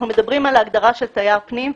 אנחנו מדברים על ההגדרה של תייר פנים,